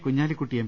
Kunhalikutty M